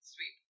Sweet